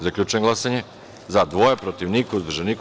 Zaključujem glasanje: za – šest, protiv – niko, uzdržan – niko.